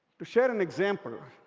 to share an example,